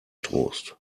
trost